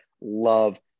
love